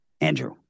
Andrew